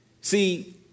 See